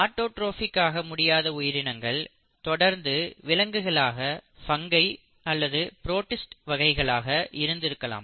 autotrophic ஆக முடியாத உயிரினங்கள் தொடர்ந்து விலங்குகளாக பங்கை அல்லது புரோடிஸ்ட் வகைகளாக இருந்திருக்கலாம்